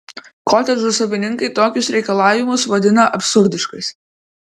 kotedžų savininkai tokius reikalavimus vadina absurdiškais